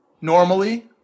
normally